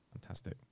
Fantastic